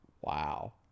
Wow